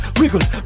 wiggle